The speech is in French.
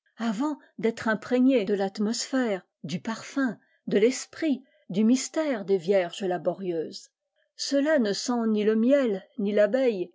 avant d'être imprégné de tatmosphère du parfum de l'esprit du mystère des vierges laborieuses cela ne sent ni le miel ni l'abeille